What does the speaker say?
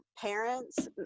parents